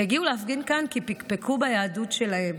הגיעו להפגין כאן כי פקפקו ביהדות שלהם